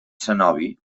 cenobi